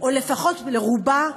או לפחות לרובה,